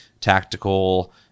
tactical